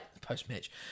post-match